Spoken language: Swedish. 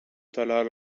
talar